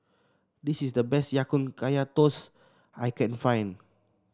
this is the best Ya Kun Kaya Toast I can find